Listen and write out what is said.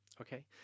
okay